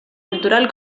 cultural